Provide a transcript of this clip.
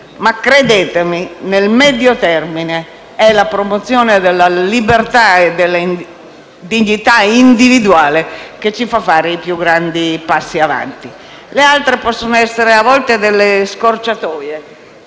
- credetemi - nel medio termine è la promozione della libertà e della dignità individuale che ci fa fare i più grandi passi avanti. Le altre possono essere, a volte, delle scorciatoie